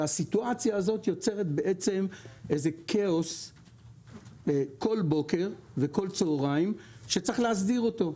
הסיטואציה הזאת יוצרת כאוס כל בוקר וכל צוהריים שצריך להסדיר אותו.